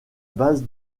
base